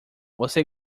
você